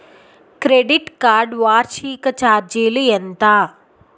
Credit card వార్షిక ఛార్జీలు ఎంత?